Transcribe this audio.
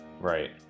Right